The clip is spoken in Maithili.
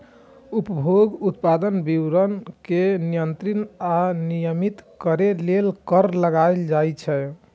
उपभोग, उत्पादन आ वितरण कें नियंत्रित आ विनियमित करै लेल कर लगाएल जाइ छै